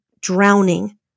drowning